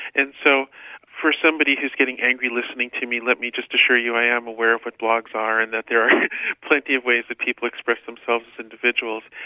and so for somebody who's getting angry listening to me, let me just assure you i am aware of what blogs are and that there are plenty of ways that people express themselves as individuals.